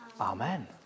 Amen